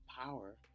power